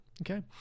Okay